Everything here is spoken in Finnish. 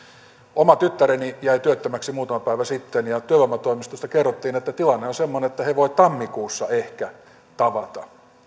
oma tyttäreni jäi työttömäksi muutama päivä sitten ja työvoimatoimistosta kerrottiin että tilanne on semmoinen että he voivat tammikuussa ehkä tavata